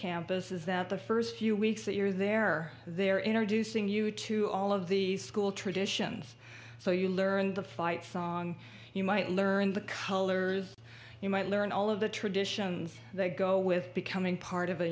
campus is that the first few weeks that you're there they're introducing you to all of the school traditions so you learn the fight song you might learn the colors you might learn all of the traditions that go with becoming part of a